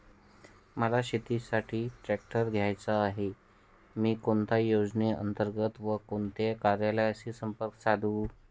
मला शेतीसाठी ट्रॅक्टर घ्यायचा आहे, मी कोणत्या योजने अंतर्गत व कोणत्या कार्यालयाशी संपर्क साधू?